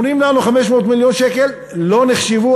אומרים לנו: 500 מיליון שקל לא נחשבו,